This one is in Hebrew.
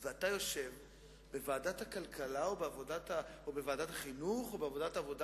ואתה יושב בוועדת הכלכלה או בוועדת החינוך או בוועדת העבודה